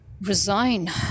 resign